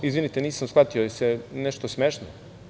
Izvinite, nisam shvatio, da li je nešto smešno?